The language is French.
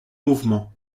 mouvements